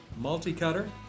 multi-cutter